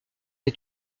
est